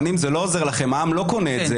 לא אענה לך כי לא תבזי את הדיון הזה.